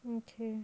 okay